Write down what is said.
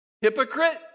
Hypocrite